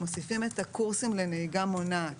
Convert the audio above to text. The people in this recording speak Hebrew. את הקורסים לנהיגה מונעת